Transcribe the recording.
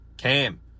Cam